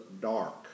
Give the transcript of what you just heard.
dark